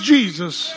Jesus